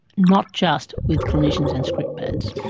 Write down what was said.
not just with clinicians and script pads.